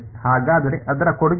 ಹಾಗಾದರೆ ಅದರ ಕೊಡುಗೆ ಏನು